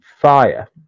Fire